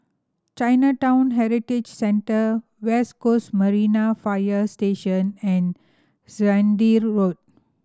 Chinatown Heritage Centre West Coast Marine Fire Station and Zehnder Road